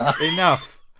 Enough